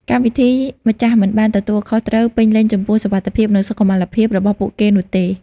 កម្មវិធីម្ចាស់មិនបានទទួលខុសត្រូវពេញលេញចំពោះសុវត្ថិភាព និងសុខុមាលភាពរបស់ពួកគេនោះទេ។